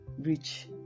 rich